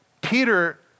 Peter